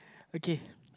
okay